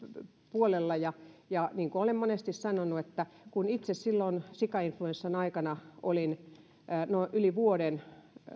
puolella ja ja niin kuin olen monesti sanonut että kun itse silloin sikainfluenssan aikana olin yli vuoden